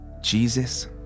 Jesus